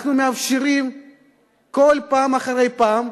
אנחנו מאפשרים לאותם אנשים, פעם אחרי פעם,